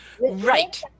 Right